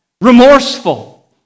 Remorseful